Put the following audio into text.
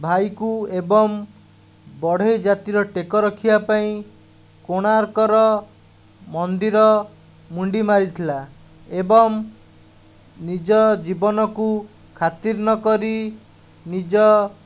ଭାଇକୁ ଏବଂ ବଢ଼େଇ ଜାତିର ଟେକ ରଖିବା ପାଇଁ କୋଣାର୍କର ମନ୍ଦିର ମୁଣ୍ଡି ମାରିଥିଲା ଏବଂ ନିଜ ଜୀବନକୁ ଖାତିର ନ କରି ନିଜ